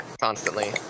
constantly